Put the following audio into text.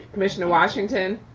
commissioner washington.